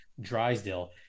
Drysdale